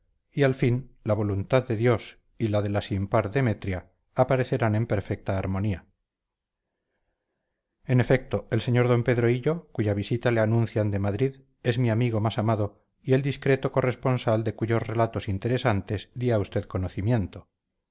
y al fin la voluntad de dios y la de la sin par demetria aparecerán en perfecta armonía en efecto el sr d pedro hillo cuya visita le anuncian de madrid es mi amigo más amado y el discreto corresponsal de cuyos relatos interesantes di a usted conocimiento